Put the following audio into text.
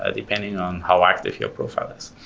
ah depending on how active your profile is.